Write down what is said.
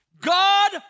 God